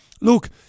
look